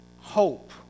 hope